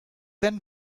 then